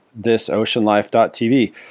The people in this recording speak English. thisoceanlife.tv